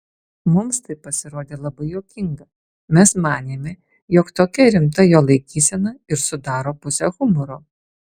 mums tai pasirodė labai juokinga mes manėme jog tokia rimta jo laikysena ir sudaro pusę humoro